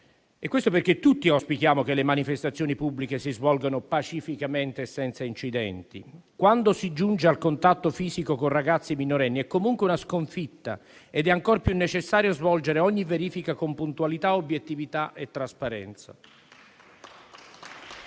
Questo perché tutti auspichiamo che le manifestazioni pubbliche si svolgano pacificamente e senza incidenti. Quando si giunge al contatto fisico con ragazzi minorenni è comunque una sconfitta ed è ancor più necessario svolgere ogni verifica con puntualità, obiettività e trasparenza.